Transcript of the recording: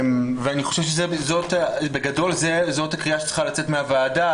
אני חושב שבגדול זאת הקריאה שצריכה לצאת מהוועדה,